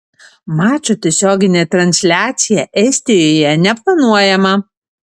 mačo tiesioginė transliacija estijoje neplanuojama